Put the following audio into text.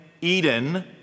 Eden